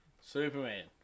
Superman